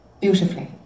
beautifully